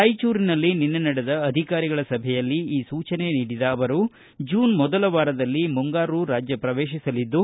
ರಾಯಚೂರಿನಲ್ಲಿ ನಿನ್ನೆ ನಡೆದ ಅಧಿಕಾರಿಗಳ ಸಭೆಯಲ್ಲಿ ಈ ಸೂಚನೆ ನೀಡಿದ ಅವರು ಜೂನ್ ಮೊದಲ ವಾರದಲ್ಲಿ ಮುಂಗಾರು ರಾಜ್ಯ ಪ್ರವೇಶಿಸಲಿದ್ದು